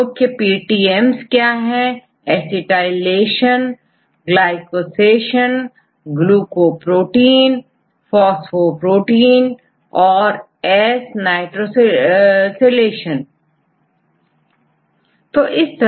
विभिन्न प्रकार केPTMs ऐसीटाइलेशन glycationglycoprotienphsphoprotienऔर nitro sylationतथा विभिन्न प्रकार केTMs इसके पश्चात ओंटोलॉजी